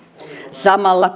samalla